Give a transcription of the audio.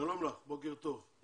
שלום לך, בוקר טוב.